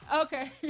Okay